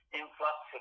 influx